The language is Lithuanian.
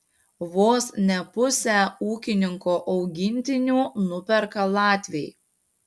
vos ne pusę ūkininko augintinių nuperka latviai